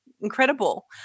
incredible